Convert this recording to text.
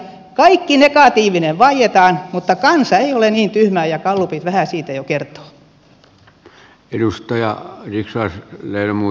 kaikki negatiivinen vaietaan mutta kansa ei ole niin tyhmää ja gallupit vähän siitä jo kertovat